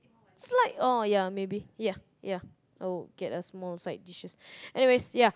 it's like oh ya maybe ya ya oh okay that's more side dishes anyways ya